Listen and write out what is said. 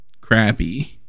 crappy